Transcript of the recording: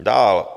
Dál.